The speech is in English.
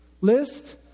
list